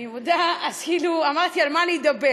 אני מודה, אז כאילו אמרתי: על מה אדבר?